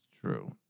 True